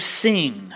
sing